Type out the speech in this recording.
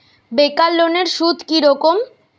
বেকার লোনের সুদ কি রকম?